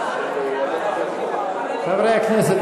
חברי הכנסת,